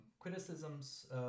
criticisms